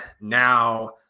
now